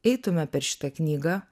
eitume per šitą knygą